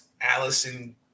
Allison